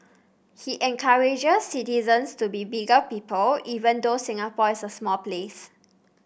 he encourages citizens to be bigger people even though Singapore is a small place